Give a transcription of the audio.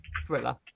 thriller